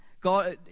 God